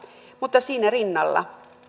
mutta siinä rinnalla